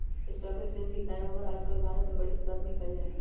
stock exchange के काएओवार आजकल भारत में बडी तादात में कइल जा हई